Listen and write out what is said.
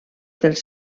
dels